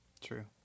True